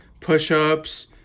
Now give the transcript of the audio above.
push-ups